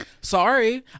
Sorry